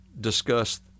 discuss